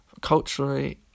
Culturally